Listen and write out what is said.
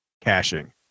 Caching